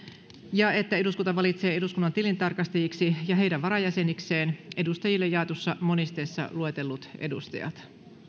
ja että eduskunta valitsee eduskunnan tilintarkastajiksi ja heidän varajäsenikseen edustajille jaetussa monisteessa luetellut edustajat